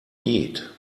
eat